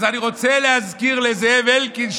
אז אני רוצה להזכיר לזאב אלקין,